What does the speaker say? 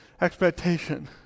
expectation